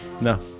No